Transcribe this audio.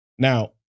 Now